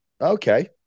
Okay